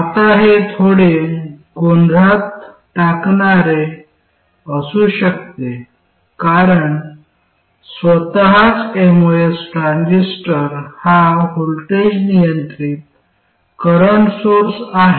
आता हे थोडे गोंधळात टाकणारे असू शकते कारण स्वतःच एमओएस ट्रान्झिस्टर हा व्होल्टेज नियंत्रित करंट सोर्स आहे